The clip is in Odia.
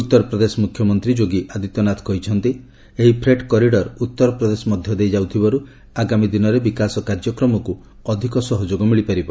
ଉତ୍ତରପ୍ରଦେଶ ମୁଖ୍ୟମନ୍ତ୍ରୀ ଯୋଗୀ ଆଦିତ୍ୟନାଥ କହିଛନ୍ତି ଏହି ଫ୍ରେଟ୍ କରିଡର ଉତ୍ତରପ୍ରଦେଶ ମଧ୍ୟ ଦେଇ ଯାଉଥିବାରୁ ଆଗାମୀ ଦିନରେ ବିକାଶ କାର୍ଯ୍ୟକ୍ରମକୁ ଅଧିକ ସହଯୋଗ ମିଳିପାରିବ